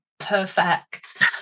perfect